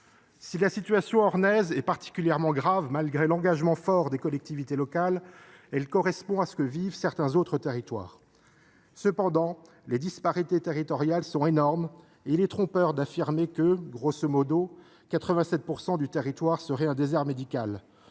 Si la situation ornaise est particulièrement grave, malgré l’engagement fort des collectivités locales, elle correspond à ce que vivent certains autres territoires. Cependant, les disparités territoriales sont énormes, et il est trompeur d’affirmer que,, 87 % du territoire serait un désert médical